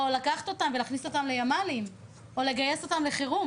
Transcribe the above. לקחת אותם ולהכניס אותם לימ"לים או לגייס אותם לחירום.